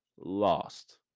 lost